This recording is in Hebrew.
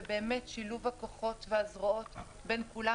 ובאמת שילוב הכוחות והזרועות בין כולם